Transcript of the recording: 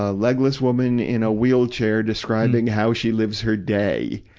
ah legless woman in a wheelchair describing how she lives her day.